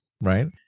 right